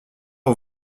aux